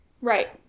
right